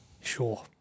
Sure